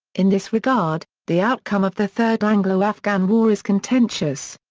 in this regard, the outcome of the third anglo-afghan war is contentious.